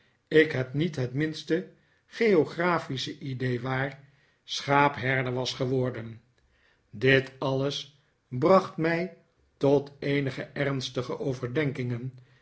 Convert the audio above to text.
ik heb niet het minste geographische idee waar schaapherder was geworden dit alles bracht mij tot eenige ernstige overdenkingen